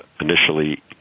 initially